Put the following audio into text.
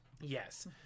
Yes